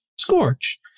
scorch